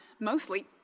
mostly